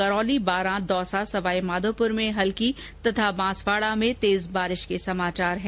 करौली बारां दौसासवाईमाधोपुर में हल्की तथा बांसवाड़ा में तेज बारिश के समाचार हैं